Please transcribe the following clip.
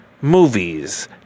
Movies